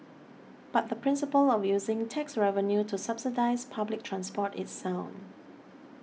but the principle of using tax revenue to subsidise public transport is sound